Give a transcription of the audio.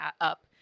up